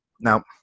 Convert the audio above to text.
Now